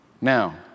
Now